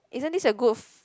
isn't this a good